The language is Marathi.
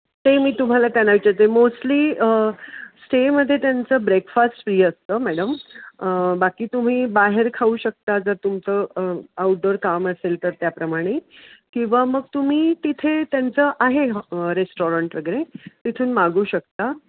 ते मी तुम्हाला त्यांना विचारते मोस्टली स्टेमध्ये त्यांचं ब्रेकफास्ट फ्री असतं मॅडम बाकी तुम्ही बाहेर खाऊ शकता जर तुमचं आउटडोअर काम असेल तर त्याप्रमाणे किंवा मग तुम्ही तिथे त्यांचं आहे रेस्टॉरंट वगैरे तिथून मागवू शकता